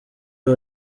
aba